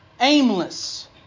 aimless